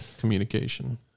Communication